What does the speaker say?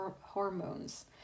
hormones